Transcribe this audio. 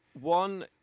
One